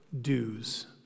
dues